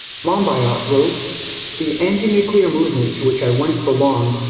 monbiot wrote the anti-nuclear movement, to which i once belonged,